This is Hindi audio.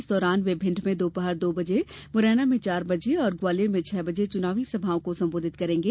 इस दौरान वे भिंड में दोपहर दो बजे मुरैना में चार बजे और ग्वालियर में छह बजे चुनावी सभाओं को संबोधित करेंगे